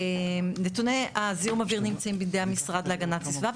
נתוני זיהום האוויר נמצאים בידי המשרד להגנת הסביבה.